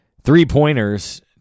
three-pointers